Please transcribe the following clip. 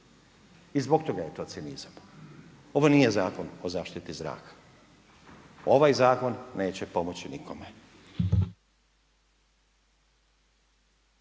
I zbog toga je to cinizam. Ovo nije Zakon o zaštiti zraka, ovaj zakon neće pomoći nikome.